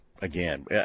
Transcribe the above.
Again